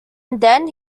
than